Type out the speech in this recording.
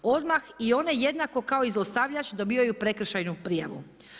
Odmah i one jednako kao i zlostavljač dobivaju prekršajnu prijavu.